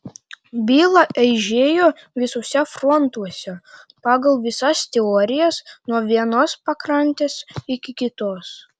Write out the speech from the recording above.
byla eižėjo visuose frontuose pagal visas teorijas nuo vienos pakrantės iki kitos